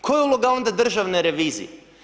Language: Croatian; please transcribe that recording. Koja je uloga onda državne revizije?